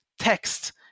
text